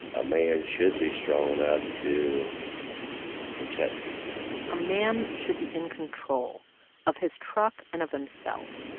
a man should be strong enough to protect people a man should be in control of his truck and of himself.